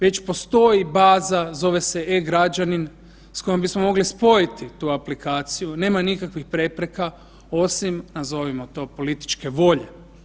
Već postoji baza, zove se e-Građanin s kojom bismo mogli spojiti tu aplikaciju, nema nikakvih prepreka osim, nazovimo to, političke volje.